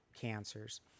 cancers